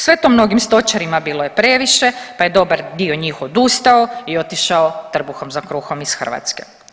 Sve to mnogim stočarima bilo je previše pa je dobar dio njih odustao i otišao trbuhom za kruhom iz Hrvatske.